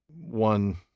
one